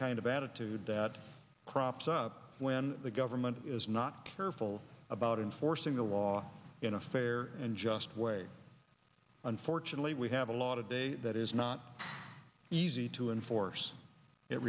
kind of attitude that crops up when the government is not careful about enforcing the law in a fair and just way unfortunately we have a lot of data that is not easy to enforce it